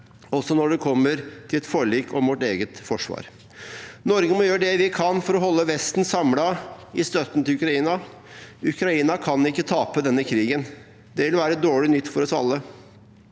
også når det gjelder et forlik om vårt eget forsvar. Norge må gjøre det vi kan for å holde Vesten samlet i støtten til Ukraina. Ukraina kan ikke tape denne krigen. Det vil være dårlig nytt for oss alle.